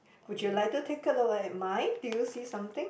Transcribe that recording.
would you like to take a look at mine do you see something